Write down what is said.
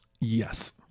yes